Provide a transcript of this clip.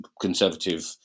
Conservative